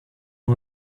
nur